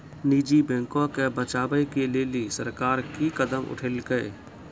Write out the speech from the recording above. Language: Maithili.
निजी बैंको के बचाबै के लेली सरकार कि कदम उठैलकै?